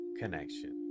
connection